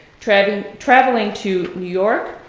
traveling traveling to new york,